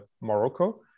Morocco